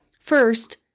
First